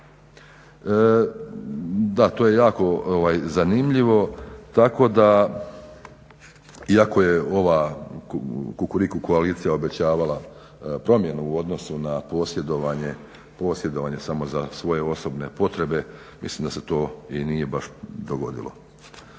Da, to je jako zanimljivo, tako da iako je ova Kukuriku koalicija obećavala promjenu u odnosu na posjedovanje samo za svoje osobne potrebe mislim da se to i nije baš dogodilo.